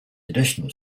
additional